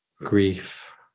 grief